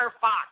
Fox